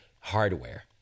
hardware